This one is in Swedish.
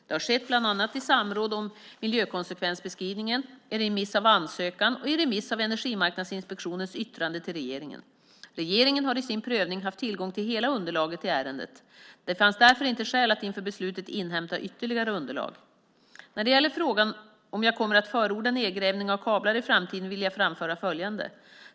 Det har skett bland annat i samråd om miljökonsekvensbeskrivningen, i remiss av ansökan och i remiss av Energimarknadsinspektionens yttrande till regeringen. Regeringen har i sin prövning haft tillgång till hela underlaget i ärendet. Det fanns därför inte skäl att inför beslutet inhämta ytterligare underlag. När det gäller frågan om jag kommer att förorda nedgrävning av kablar i framtiden vill jag framföra följande.